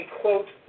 quote